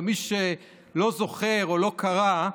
ומי שלא זוכר או לא קרא,